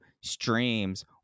streams